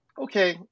okay